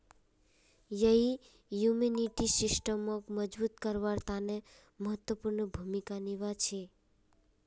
यई इम्यूनिटी सिस्टमक मजबूत करवार तने महत्वपूर्ण भूमिका निभा छेक